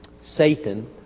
Satan